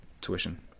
tuition